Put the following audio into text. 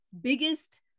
biggest